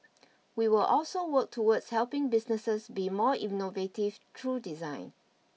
we will also work towards helping businesses be more innovative through design